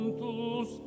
tus